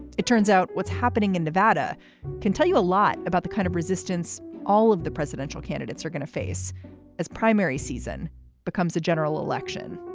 it turns out what's happening in nevada can tell you a lot about the kind of resistance all of the presidential candidates are going to face as primary season becomes a general election.